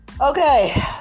Okay